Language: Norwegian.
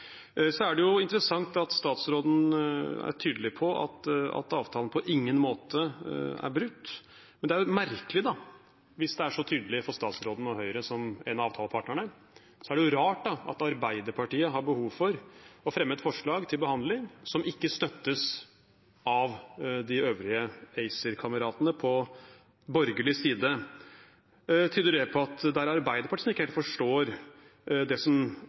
Det er interessant at statsråden er tydelig på at avtalen på ingen måte er brutt. Men hvis det er så tydelig for statsråden og Høyre som en av avtalepartnerne, er det rart at Arbeiderpartiet har behov for å fremme et forslag til behandling som ikke støttes av de øvrige ACER-kameratene på borgerlig side. Tyder det på at det er Arbeiderpartiet som ikke helt forstår det som